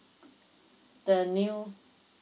the new